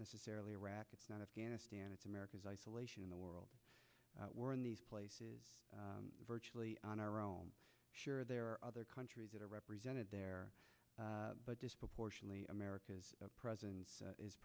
necessarily iraq it's not afghanistan it's america's isolation in the world we're in these places virtually on our own sure there are other countries that are represented there but disproportionately america's presence is